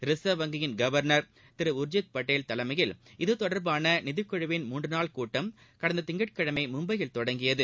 reserve வங்கி governor திரு உர்ஜித் படேல் தலைமையில் இது தொடர்பான நிதிக்குழுவின் மூன்று நாள் கூட்டம் கடந்த திங்கட்கிழமை மும்பையில் தொடங்கியது